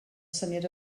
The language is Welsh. syniad